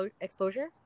exposure